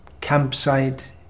campsite